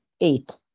eight